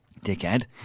dickhead